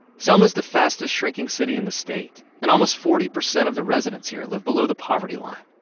selma is the fastest-shrinking city in the state, and almost forty percent of the residents here live below the poverty line.